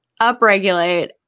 upregulate